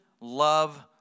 love